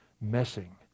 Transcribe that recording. messing